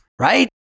right